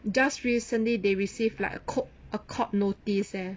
just recently they received like a coke a court notice leh